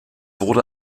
wurde